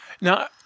Now